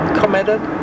committed